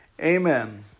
Amen